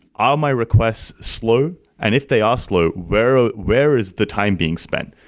are my requests slow? and if they are slow, where ah where is the time being spent?